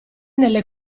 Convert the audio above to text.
nelle